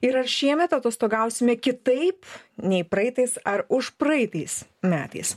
ir ar šiemet atostogausime kitaip nei praeitais ar užpraeitais metais